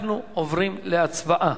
אנחנו עוברים להצבעה.